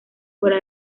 fuera